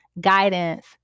guidance